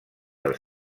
del